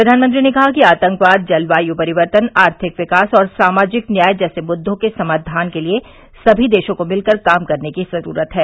प्रधानमंत्री ने कहा कि आतंकवाद जलवायू परिवर्तन आर्थिक विकास और सामाजिक न्याय जैसे मुद्दों के समाधान के लिए सभी देशों को मिलकर काम करने की जरूरत है